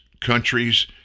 countries